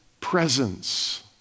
presence